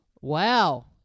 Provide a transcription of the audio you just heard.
Wow